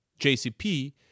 JCP